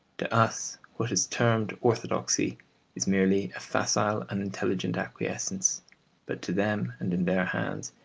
to us, what is termed orthodoxy is merely a facile unintelligent acquiescence but to them, and in their hands,